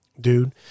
Dude